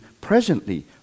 presently